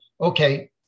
okay